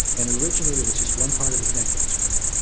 and originally there was just one part of his neck that was hurting.